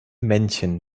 männchen